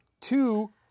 two